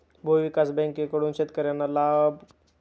भूविकास बँकेकडून शेतकर्यांना काय लाभ मिळाला?